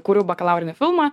kuriu bakalaurinį filmą